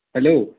hello